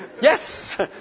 Yes